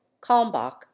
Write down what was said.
Kalmbach